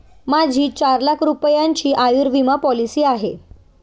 माझी चार लाख रुपयांची आयुर्विमा पॉलिसी आहे